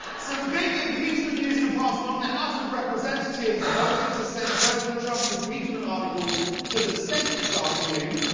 some big impeachment news to pass along. the house of representatives voted to send president trump's impeachment articles to the senate this afternoon.